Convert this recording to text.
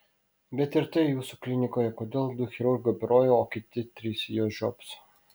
bet ir tai jūsų klinikoje kodėl du chirurgai operuoja o kiti trys į juos žiopso